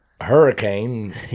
hurricane